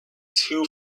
two